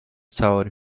cauri